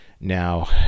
Now